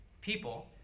people